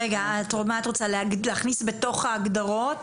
רגע, מה את רוצה - להכניס בתוך ההגדרות